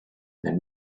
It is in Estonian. millel